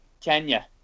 Kenya